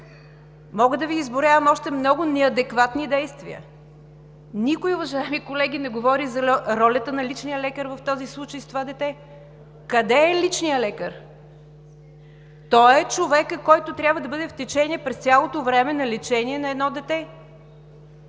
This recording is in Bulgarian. Мога да Ви изброявам още много неадекватни действия. Никой, уважаеми колеги, не говори за ролята на личния лекар в този случай с това дете. Къде е личният лекар? Той е човекът, който трябва да бъде в течение през цялото време на лечение на едно дете